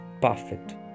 perfect